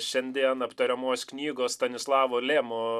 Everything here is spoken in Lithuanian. šiandien aptariamos knygos stanislavą lemo